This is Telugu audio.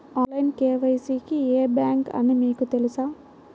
ఆన్లైన్ కే.వై.సి కి ఏ బ్యాంక్ అని మీకు తెలుసా?